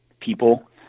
people